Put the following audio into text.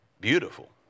Beautiful